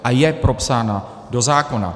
A je propsána do zákona.